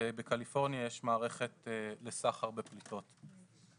בקליפורניה יש מערכת לסחר בפליטות.